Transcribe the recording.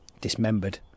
dismembered